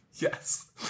Yes